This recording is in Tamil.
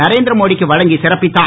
நரேந்திர மோடிக்கு வழங்கி சிறப்பித்தார்